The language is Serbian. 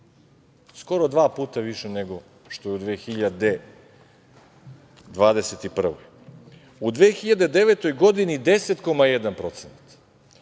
skoro dva puta više nego što je u 2021. godini.U 2009. godini 10,1%,